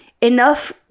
enough